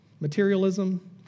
materialism